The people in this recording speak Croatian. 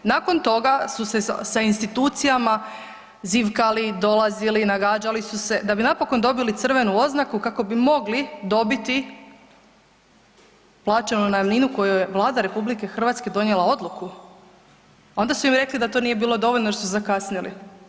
Nakon toga su se sa institucijama zivkali, dolazili, nagađali su se, da bi napokon dobili crvenu oznaku kako bi mogli dobiti plaćenu najamninu koju je Vlada RH donijela odluku, onda su im rekli da to nije bilo dovoljno jer su zakasnili.